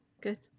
good